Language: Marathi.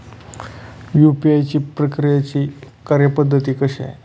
यू.पी.आय प्रक्रियेची कार्यपद्धती कशी आहे?